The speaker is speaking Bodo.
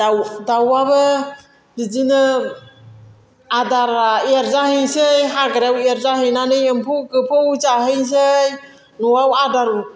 दाउ दाउआबो बिदिनो आदारा एरजाहैसै हाग्रायाव एरजा हैनानै एम्फौ गोफौ जाहैसै न'आव आदार